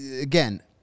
again